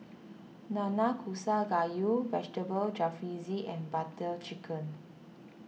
Nanakusa Gayu Vegetable Jalfrezi and Butter Chicken